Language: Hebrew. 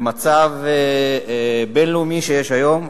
במצב הבין-לאומי שיש היום,